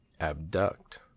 Abduct